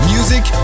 Music